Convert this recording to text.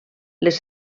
les